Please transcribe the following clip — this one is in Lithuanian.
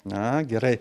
na gerai